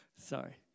Sorry